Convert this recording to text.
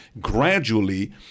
Gradually